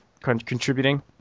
contributing